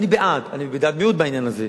אני בעד, אני בדעת מיעוט בעניין הזה.